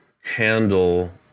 handle